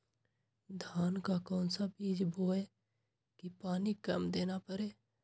धान का कौन सा बीज बोय की पानी कम देना परे?